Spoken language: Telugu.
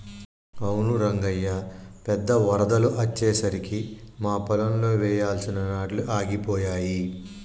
అవును రంగయ్య పెద్ద వరదలు అచ్చెసరికి మా పొలంలో వెయ్యాల్సిన నాట్లు ఆగిపోయాయి